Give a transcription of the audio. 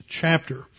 chapter